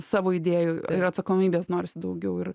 savo idėjų ir atsakomybės norisi daugiau ir